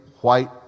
white